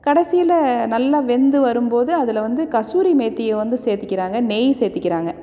கடைசியில் நல்லா வெந்து வரும் போது அதில் வந்து கஸ்தூரி மெய்த்தியை வந்து சேர்த்திக்கிறாங்க நெய் சேர்த்திக்கிறாங்க